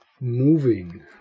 moving